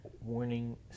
Warning